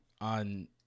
on